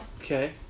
Okay